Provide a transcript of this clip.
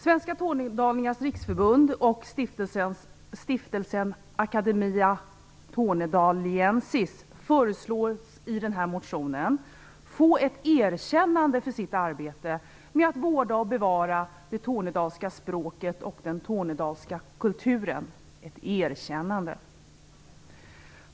Svenska Tornedalingars Riksförbund och Stiftelsen Academia Tornedaliensis föreslås i motionen få ett erkännande för sitt arbete med att vårda och bevara det tornedalska språket och den tornedalska kulturen. Ett erkännande!